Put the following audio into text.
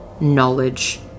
knowledge